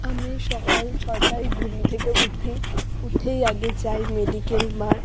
আমি সকাল ছটায় ঘুম থেকে উঠি উঠেই আগে যাই মেডিকেল মাঠ